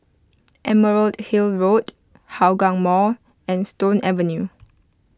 Emerald Hill Road Hougang Mall and Stone Avenue